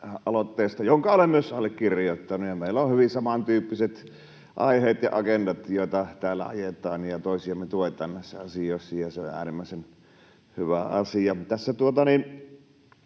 aloitteesta, jonka olen myös allekirjoittanut. Meillä on hyvin samantyyppiset aiheet ja agendat, joita täällä ajetaan, ja toisiamme tuetaan näissä asioissa. Se on äärimmäisen hyvä asia.